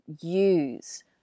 use